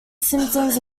symptoms